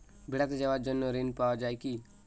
বেড়াতে যাওয়ার জন্য ঋণ পাওয়া যায় কি?